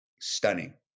stunning